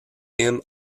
him